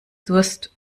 durst